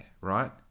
right